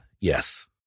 yes